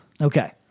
Okay